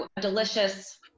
delicious